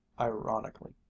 ironically